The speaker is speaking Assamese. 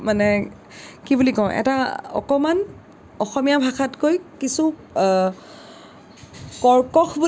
মানে কি বুলি ক'ম এটা অকণমান অসমীয়া ভাষাতকৈ কিছু কৰ্কশ বুলি নকওঁ